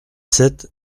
sept